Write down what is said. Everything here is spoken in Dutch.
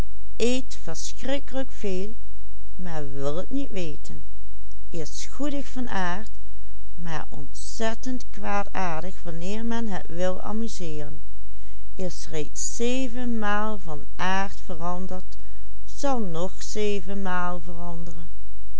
kwaadaardig wanneer men het wil amuseeren is reeds zevenmaal van aard veranderd zal nog zevenmaal veranderen